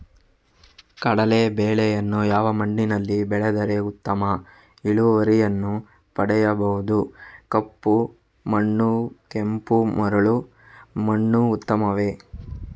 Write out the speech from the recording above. ಕಡಲೇ ಬೆಳೆಯನ್ನು ಯಾವ ಮಣ್ಣಿನಲ್ಲಿ ಬೆಳೆದರೆ ಉತ್ತಮ ಇಳುವರಿಯನ್ನು ಪಡೆಯಬಹುದು? ಕಪ್ಪು ಮಣ್ಣು ಕೆಂಪು ಮರಳು ಮಣ್ಣು ಉತ್ತಮವೇ?